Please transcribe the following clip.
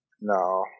No